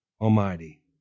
Almighty